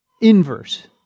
inverse